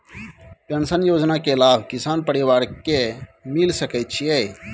Pension योजना के लाभ किसान परिवार के मिल सके छिए?